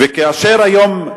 שמעתי אותך היום,